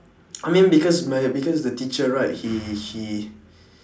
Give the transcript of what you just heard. I mean because my because the teacher right he he